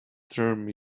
term